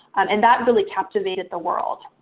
and that really captivated the world.